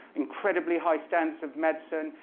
incredibly high standards of medicine,